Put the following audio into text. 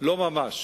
לא ממש.